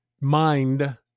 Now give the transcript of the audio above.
mind